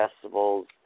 festivals